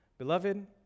Beloved